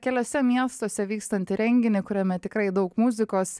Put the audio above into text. keliuose miestuose vykstantį renginį kuriame tikrai daug muzikos